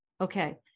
Okay